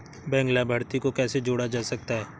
Bank लाभार्थी को कैसे जोड़ा जा सकता है?